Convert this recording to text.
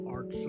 Art